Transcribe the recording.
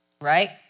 right